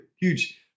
huge